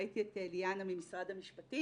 ראיתי את ליאנה ממשרד המשפטים,